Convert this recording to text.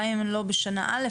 גם אם הן לא בשנה א',